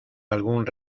algún